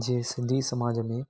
पंहिंजे सिंधी समाज में